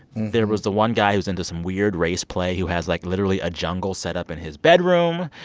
there was the one guy who was into some weird race play who has, like, literally a jungle set up in his bedroom.